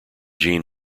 jean